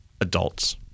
adults